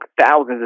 thousands